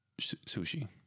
sushi